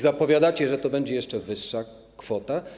Zapowiadacie, że to będzie jeszcze wyższa kwota.